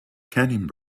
canning